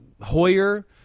Hoyer